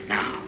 Now